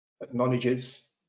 acknowledges